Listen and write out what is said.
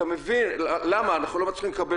אתה מבין למה אנחנו לא מצליחים לקבל